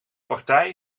partij